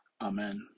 Amen